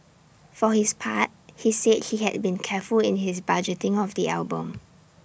for his part he said he had been careful in his budgeting of the album